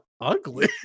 ugly